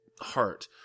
heart